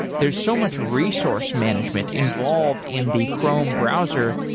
there's so much resource management involved in the chrome browser,